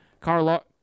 Carl